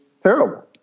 terrible